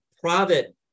private